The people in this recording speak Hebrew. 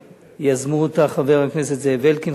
יזמו אותה חבר הכנסת זאב אלקין,